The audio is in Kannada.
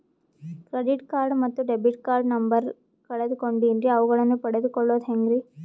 ಕ್ರೆಡಿಟ್ ಕಾರ್ಡ್ ಮತ್ತು ಡೆಬಿಟ್ ಕಾರ್ಡ್ ನಂಬರ್ ಕಳೆದುಕೊಂಡಿನ್ರಿ ಅವುಗಳನ್ನ ಪಡೆದು ಕೊಳ್ಳೋದು ಹೇಗ್ರಿ?